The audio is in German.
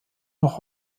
noch